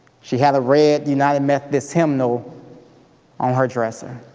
she had a red united methodist hymnal on her dresser.